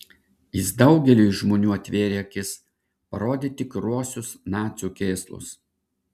jis daugeliui žmonių atvėrė akis parodė tikruosius nacių kėslus